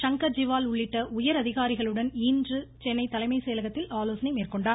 சங்கர் ஜிவால் உள்ளிட்ட உயர் அதிகாரிகளுடன் இன்று சென்னை தலைமை செயலகத்தில் ஆலோசனை மேற்கொண்டார்